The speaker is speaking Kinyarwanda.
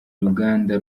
uruganda